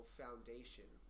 foundation